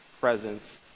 presence